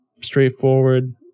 straightforward